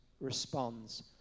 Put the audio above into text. responds